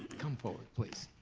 come forward please.